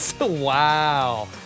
Wow